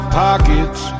pockets